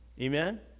Amen